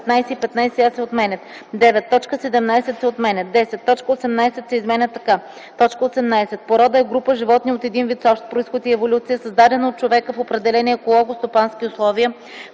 15 и 15а се отменят. 9. Точка 17 се отменя. 10. Точка 18 се изменя така: „18. „Порода” е група животни от един вид с общ произход и еволюция, създадена от човека в определени еколого-стопански условия,